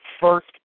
first